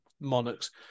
monarchs